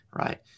right